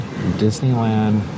Disneyland